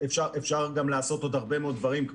אפשר גם לעשות עוד הרבה מאוד דברים,